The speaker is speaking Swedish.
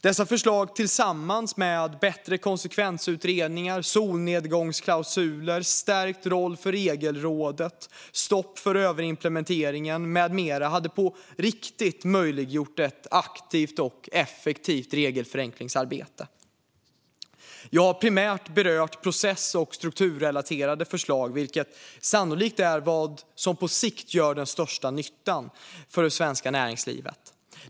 Dessa förslag tillsammans med bättre konsekvensutredningar, solnedgångsklausuler, stärkt roll för Regelrådet, stopp för överimplementering med mera hade på riktigt möjliggjort ett aktivt och effektivt regelförenklingsarbete. Jag har primärt berört process och strukturrelaterade förslag, vilket sannolikt är vad som på sikt gör den största nyttan för det svenska näringslivet.